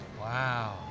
Wow